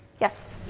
yes?